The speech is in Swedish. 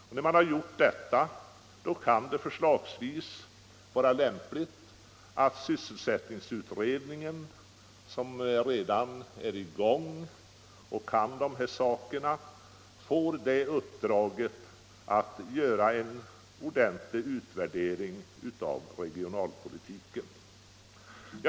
Och när man har gjort det kan det vara lämpligt att förslagsvis sysselsättningsutredningen, som redan är i gång och kan dessa saker, får uppdraget att göra en ordentlig utvärdering och översyn av regionalpolitiken.